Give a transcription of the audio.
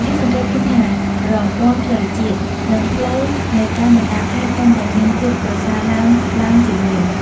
យើងសង្កេតឃើញថា ប្រព័ន្ធផ្លូវជាតិ និងផ្លូវនៅតាមបណ្តាខេត្តកាន់តែមានភាពប្រសើរឡើងឡើងជាងមុន។